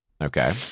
Okay